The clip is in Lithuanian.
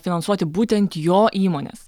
finansuoti būtent jo įmonės